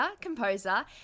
composer